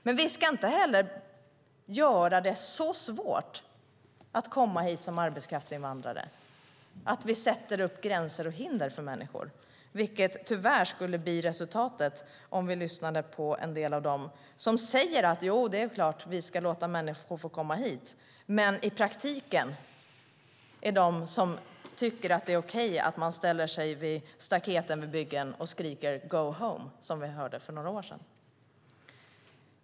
Men vi ska inte heller göra det så svårt att komma hit som arbetskraftsinvandrare att vi sätter upp gränser och hinder för människor, vilket tyvärr skulle bli resultatet om vi lyssnade på en del av dem som säger att det är klart att vi ska låta människor få komma hit, men i praktiken är de som tycker att det är okej att man ställer sig vid staketen vid byggen och skriker: Go home! Det hörde vi för några år sedan.